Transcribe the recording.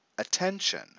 attention